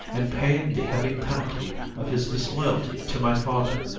and pay the heavy penalty of his disloyalty to my father,